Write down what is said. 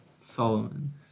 Solomon